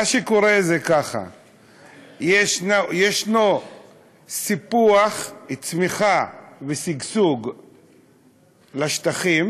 מה שקורה, ישנו סיפוח, צמיחה ושגשוג לשטחים